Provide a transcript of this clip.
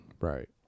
Right